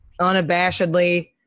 unabashedly